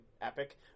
epic